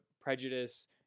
prejudice